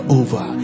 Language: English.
over